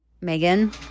megan